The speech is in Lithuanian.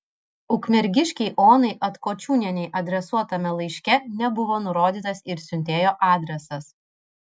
ukmergiškei onai atkočiūnienei adresuotame laiške nebuvo nurodytas ir siuntėjo adresas